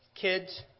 kids